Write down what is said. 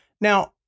Now-